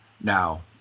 now